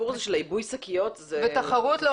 הסיפור הזה של עיבוי השקיות זו שערורייה.